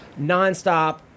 nonstop